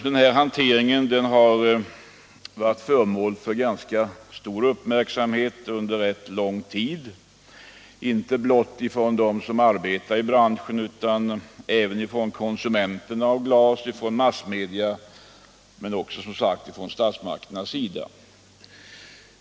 Den här hanteringen har varit föremål för ganska stor uppmärksamhet under rätt lång tid, inte blott från dem som arbetar i branschen utan även från konsumenterna, massmedia och, som sagt, också från statsmakternas sida.